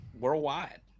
worldwide